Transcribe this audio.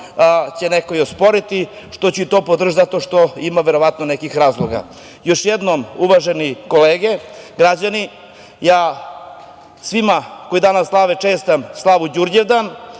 neko i osporiti, ali ću i to podržati, jer verovatno ima nekih razloga. Još jednom, uvažene kolege, građani, svima koji danas slave čestitam slavu Đurđevdan